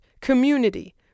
community